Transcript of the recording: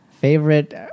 Favorite